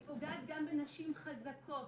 היא פוגעת גם בנשים חזקות,